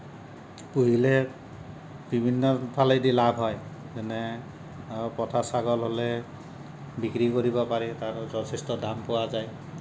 পুহিলে বিভিন্ন ফালেদি লাভ হয় যেনে পঠা ছাগল হ'লে বিক্ৰী কৰিব পাৰি তাৰ যথেষ্ট দাম পোৱা যায়